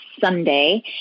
Sunday